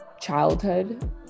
childhood